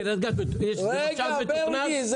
קרית גת --- רגע מרגי,